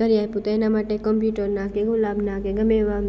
કરી આપું તો એના માટે ઈન્ટરનેટના કે ગુલાબના કે ગમે એવા